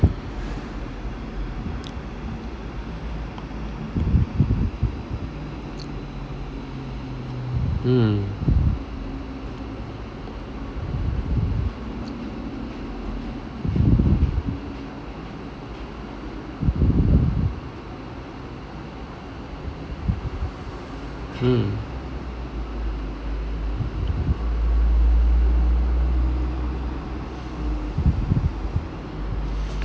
mm mm